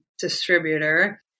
distributor